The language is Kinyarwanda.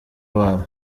wabo